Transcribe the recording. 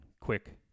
Quick